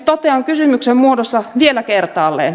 totean kysymyksen muodossa vielä kertaalleen